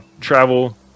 travel